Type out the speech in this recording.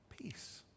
peace